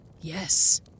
Yes